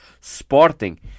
Sporting